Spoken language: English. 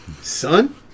Son